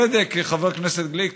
בצדק ציין חבר הכנסת גליק,